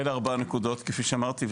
אלה 4 הנקודות כפי שאמרתי.